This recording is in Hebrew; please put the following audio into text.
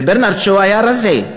וברנרד שו היה רזה.